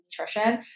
nutrition